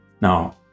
Now